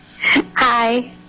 Hi